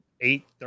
eight